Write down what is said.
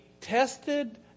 tested